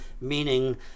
meaning